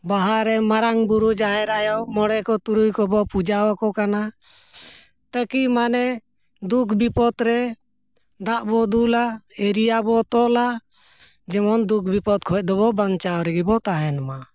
ᱵᱟᱦᱟ ᱨᱮ ᱢᱟᱨᱟᱝ ᱵᱩᱨᱩ ᱡᱟᱦᱮᱨ ᱟᱭᱳ ᱢᱚᱬᱮ ᱠᱚ ᱛᱩᱨᱩᱭ ᱠᱚᱵᱚᱱ ᱯᱩᱡᱟᱹᱣ ᱟᱠᱚ ᱠᱟᱱᱟ ᱛᱟᱹᱠᱤ ᱢᱟᱱᱮ ᱫᱩᱠ ᱵᱤᱯᱚᱫᱽ ᱨᱮ ᱫᱟᱜ ᱵᱚᱱ ᱫᱩᱞᱟ ᱮᱨᱤᱭᱟ ᱵᱚᱱ ᱛᱚᱞᱟ ᱡᱮᱢᱚᱱ ᱫᱩᱠ ᱵᱤᱯᱚᱫᱽ ᱠᱷᱚᱱ ᱫᱚᱵᱚᱱ ᱵᱟᱧᱪᱟᱣ ᱨᱮᱜᱮ ᱵᱚᱱ ᱛᱟᱦᱮᱱ ᱢᱟ